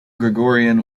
gregorian